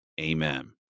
Amen